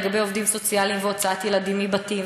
לגבי עובדים סוציאליים והוצאת ילדים מבתים,